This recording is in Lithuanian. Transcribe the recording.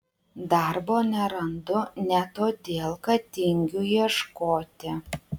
darbo nerandu ne todėl kad tingiu ieškoti